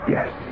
Yes